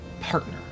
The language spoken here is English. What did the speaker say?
partner